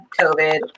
COVID